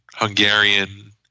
Hungarian